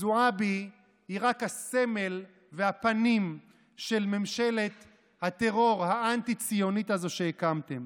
זועבי היא רק הסמל והפנים של ממשלת הטרור האנטי-ציונית הזו שהקמתם.